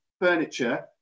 furniture